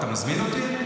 אתה מזמין אותי?